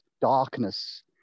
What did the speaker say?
darkness